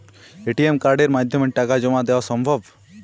ATM কার্ডের মাধ্যমে টাকা জমা দেওয়া সম্ভব?